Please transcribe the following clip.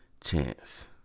Chance